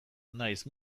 nahiz